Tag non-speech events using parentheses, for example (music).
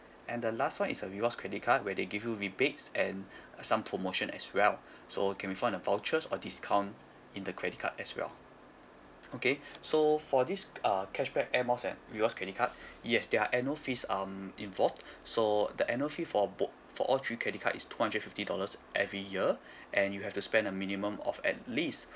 and the last one is a rewards credit card where they give you rebates and uh some promotion as well so can be form of vouchers or discount in the credit card as well okay so for this uh cashback air miles and rewards credit card (breath) yes there are annual fees um involved so the annual fee for bok~ for all three credit card is two hundred fifty dollars every year (breath) and you have to spend a minimum of at least